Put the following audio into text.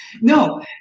no